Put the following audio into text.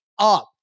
up